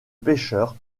pêcheurs